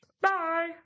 bye